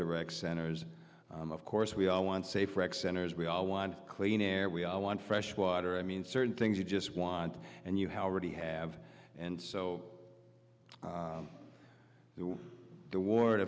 the rec centers of course we all want safe rec centers we all want clean air we all want fresh water i mean certain things you just want and you have already have and so who the war